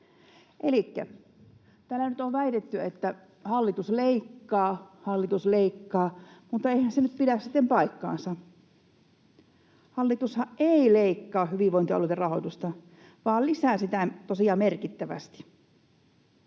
Elikkä täällä nyt on väitetty, että hallitus leikkaa, mutta eihän se pidä sitten paikkaansa. Hallitushan ei leikkaa hyvinvointialueiden rahoitusta vaan lisää sitä tosiaan merkittävästi.